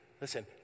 Listen